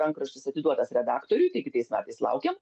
rankraštis atiduotas redaktoriui tai kitais metais laukiam